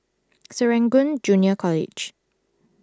Serangoon Junior College